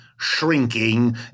shrinking